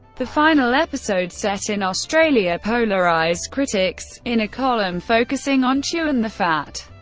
the final episode set in australia polarised critics in a column focusing on chewin' the fat,